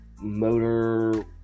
motor